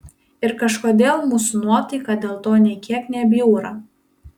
ir kažkodėl mūsų nuotaika dėl to nė kiek nebjūra